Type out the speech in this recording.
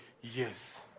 Yes